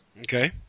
Okay